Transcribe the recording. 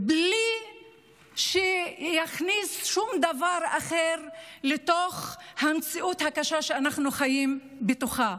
בלי שיכניס שום דבר אחר לתוך המציאות הקשה שאנחנו חיים בתוכה: